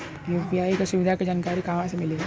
UPI के सुविधा के जानकारी कहवा से मिली?